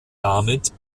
damit